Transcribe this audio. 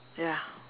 ya